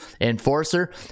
enforcer